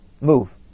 Move